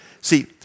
See